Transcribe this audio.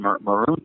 maroon